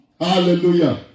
Hallelujah